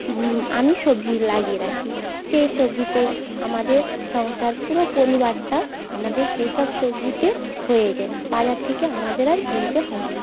আমি সবজি লাগিয়ে রাখি সেই সবজিতে আমাদের সংসার পুরো পরিবারটা আমাদের সেই সব সবজিতে হয়ে যায় বাজার থেকে আমাদের আর কিনতে হয় না